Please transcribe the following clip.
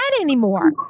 anymore